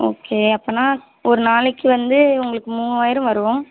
okay அப்போன்னா ஒரு நாளைக்கு வந்து உங்களுக்கு மூவாயிரம் வரும்